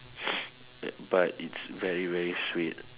but it's very very sweet